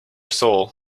soul